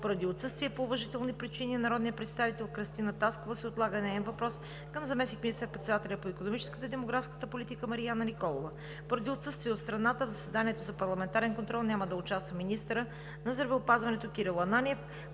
Поради отсъствие по уважителни причини на народния представител Кръстина Таскова се отлага неин въпрос към заместник министър-председателя по икономическата и демографската политика Марияна Николова. Поради отсъствие от страната в заседанието за парламентарен контрол няма да участва министърът на здравеопазването Кирил Ананиев.